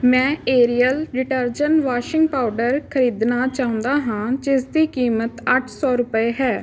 ਮੈਂ Ariel detergent washing powder ਖਰੀਦਣਾ ਚਾਹੁੰਦਾ ਹਾਂ ਜਿਸ ਦੀ ਕੀਮਤ ਅੱਠ ਸੌ ਰੁਪਏ ਹੈ